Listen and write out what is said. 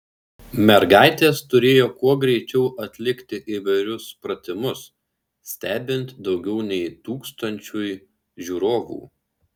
mergaitės turėjo kuo greičiau atlikti įvairius pratimus stebint daugiau nei tūkstančiui žiūrovų